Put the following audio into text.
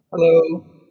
Hello